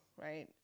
right